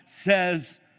says